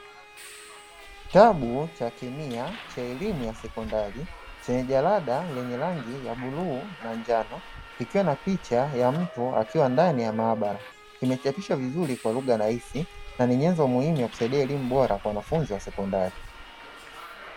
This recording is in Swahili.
Kitabu cha kemia cha elimu ya sekondari chenye jalada lenye rangi ya bluu na njano, kikiwa na picha ya mtu akiwa ndani ya maabara. Kimechapishwa vizuri kwa lugha rahisi, na ni nyenzo muhimu kusaidia elimu bora kwa wanafunzi wa sekondari.